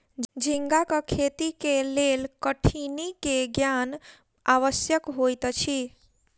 झींगाक खेती के लेल कठिनी के ज्ञान आवश्यक होइत अछि